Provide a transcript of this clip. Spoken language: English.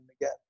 again